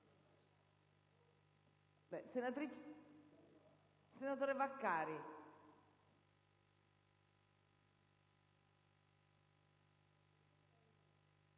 senatore Vaccari.